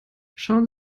schauen